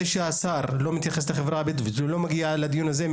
זה שהשר לא מתייחס לחברה הבדואית ולא מגיע לדיון הזה,